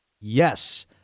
Yes